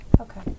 Okay